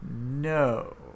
No